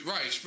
Right